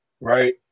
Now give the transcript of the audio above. right